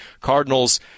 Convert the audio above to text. Cardinals